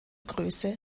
größe